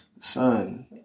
Son